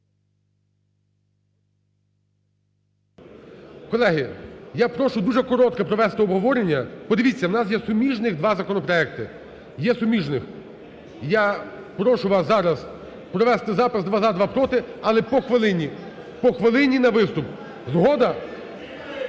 Колеги, я прошу дуже коротке провести обговорення. Бо, дивіться, у нас є суміжних два законопроекти, є суміжних. Я прошу вас зараз провести запис: два – за, два – проти. Але по хвилині, по хвилині на виступ. Згода?